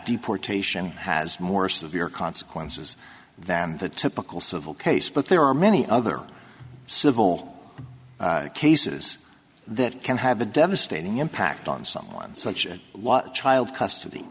deportation has more severe consequences than the typical civil case but there are many other civil cases that can have a devastating impact on someone such as what child